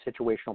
situational